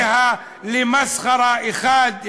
וועדותיה למסחרה אחת גדולה.